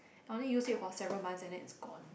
I only used it for several months and then it's gone